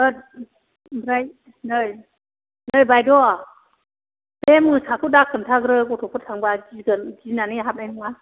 थोद ओमफ्राय नै नै बायद' बे मोसाखौ दा खोन्थाग्रो गथ'फोर थांबा गिगोन गिनानै हाबनाय नङा